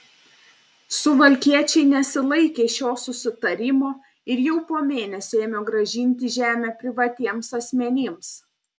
suvalkiečiai nesilaikė šio susitarimo ir jau po mėnesio ėmė grąžinti žemę privatiems asmenims